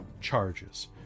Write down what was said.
charges